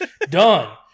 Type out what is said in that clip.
Done